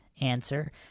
Answer